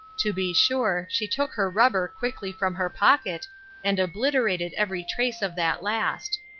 to be sure, she took her rubber quickly from her pocket and obliterated every trace of that last.